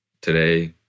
today